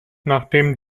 nachdem